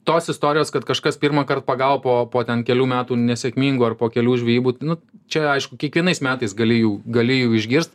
tos istorijos kad kažkas pirmąkart pagavo po po ten kelių metų nesėkmingų ar po kelių žvejybų nu čia aišku kiekvienais metais gali jų gali jų išgirst